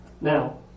Now